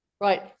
Right